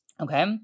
Okay